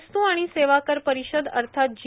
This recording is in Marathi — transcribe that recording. वस्तू आणि सेवा कर परिषद अर्थात जी